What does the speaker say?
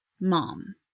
mom